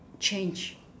change